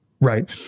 right